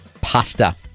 pasta